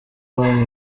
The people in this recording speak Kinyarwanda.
banki